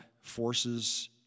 forces